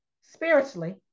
spiritually